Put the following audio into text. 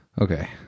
okay